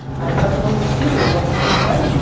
my cousin owns a studio you want some free time?